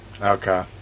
Okay